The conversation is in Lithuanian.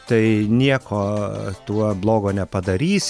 tai nieko tuo blogo nepadarys